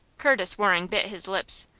curtis waring bit his lips.